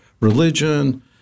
religion